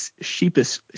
sheepish